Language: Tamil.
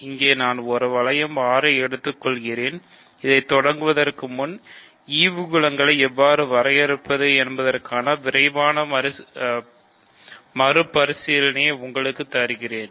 இங்கே நான் ஒரு வளையம் R ஐ எடுத்துக்கொள்கிறேன் இதைத் தொடங்குவதற்கு முன் ஈவு குலங்களை எவ்வாறு வரையறுப்பது என்பதற்கான விரைவான மறுபரிசீலனை உங்களுக்குத் தருகிறேன்